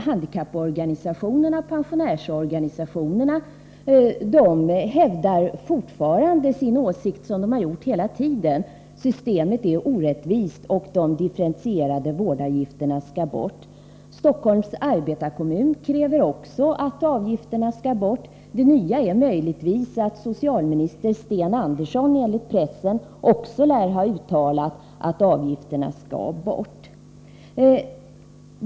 Handikapporganisationerna och pensionärsorganisationerna hävdar fortfarande samma åsikt som de har haft hela tiden, nämligen att systemet är orättvist och att de differentierade vårdavgifterna skall bort. Stockholms arbetarekommun kräver också att avgifterna avskaffas. Det nya är möjligtvis att socialminister Sten Andersson, enligt pressen, lär ha uttalat att avgifterna skall bort.